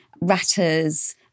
ratters